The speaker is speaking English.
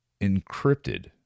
encrypted